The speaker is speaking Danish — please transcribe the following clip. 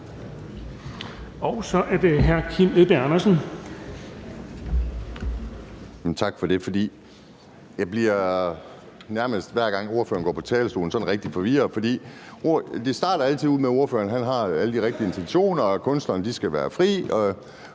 Andersen. Kl. 13:52 Kim Edberg Andersen (NB): Tak for det. Jeg bliver nærmest hver gang, ordføreren går på talerstolen, sådan rigtig forvirret, for det starter altid med, at ordføreren har alle de rigtige intentioner – kunstnerne skal være frie